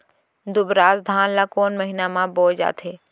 दुबराज धान ला कोन महीना में बोये जाथे?